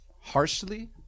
harshly